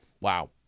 wow